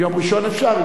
ביום ראשון אפשר.